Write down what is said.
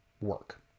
work